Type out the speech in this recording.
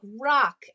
rock